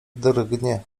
drgnie